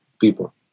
people